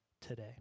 today